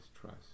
trust